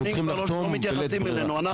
אנחנו צריכים לחתום בלית ברירה.